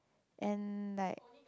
and like